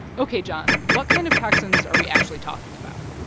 ok, jon, what kind of toxins are we actually talking about?